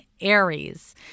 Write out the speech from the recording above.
Aries